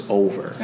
over